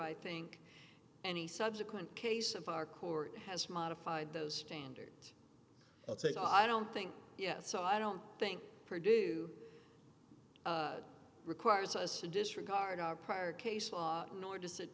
i think any subsequent case of our court has modified those standards take off i don't think yet so i don't think purdue requires us to disregard our prior case law nor does it